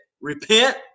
repent